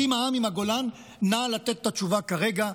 אז אם העם עם הגולן, נא לתת את התשובה כרגע.